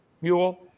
mule